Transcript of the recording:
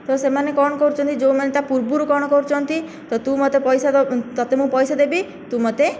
ତ ସେମାନେ କ'ଣ କରୁଛନ୍ତି ଯେଉଁମାନେ ତା ପୂର୍ବରୁ କ'ଣ କରୁଛନ୍ତି ତ ତୁ ମୋତେ ପଇସା ତୋତେ ମୁଁ ପଇସା ଦେବି ତୁ ମୋତେ